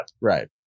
Right